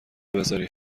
بذاری